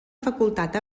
facultat